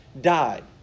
died